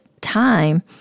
time